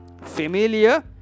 familiar